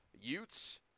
Utes